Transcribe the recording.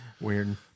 Weird